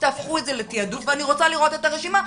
תהפכו את זה לתעדוף ואני רוצה לראות את הרשימה,